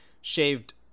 shaved